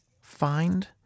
find